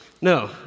No